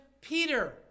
Peter